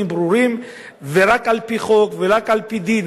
ברורים ורק על-פי חוק ורק על-פי דין.